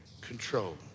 control